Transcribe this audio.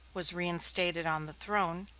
was reinstated on the throne,